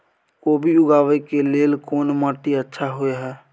कोबी उगाबै के लेल कोन माटी अच्छा होय है?